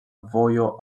vojo